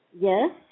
Yes